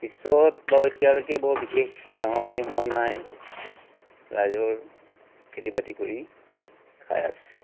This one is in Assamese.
পিছত বাৰু এতিয়ালৈকে বৰ বিশেষ ডাঙৰ পানী হোৱা নাই ৰাইজৰ খেতিবাতি কৰি খাই আছে